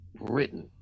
written